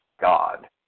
God